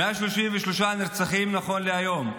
מעל 33 נרצחים נכון להיום,